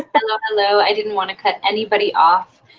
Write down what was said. ah hello, hello. i didn't want to cut anybody off.